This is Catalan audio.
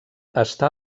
està